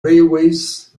railways